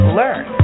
learn